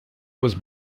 was